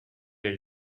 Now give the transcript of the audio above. est